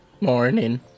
Morning